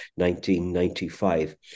1995